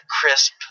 crisp